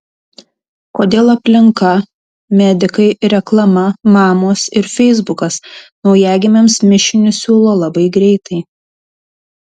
kodėl aplinka medikai reklama mamos ir feisbukas naujagimiams mišinius siūlo labai greitai